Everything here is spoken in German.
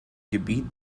gebiet